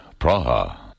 Praha